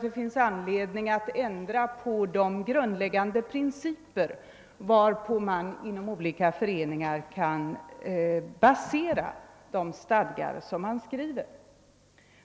Det finns anledning att ändra på de grundläggande principer på vilka man inom olika föreningar kan basera de stadgar som skrivs.